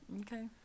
okay